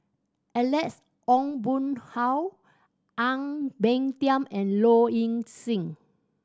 Alex Ong Boon Hau Ang Peng Tiam and Low Ing Sing